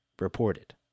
reported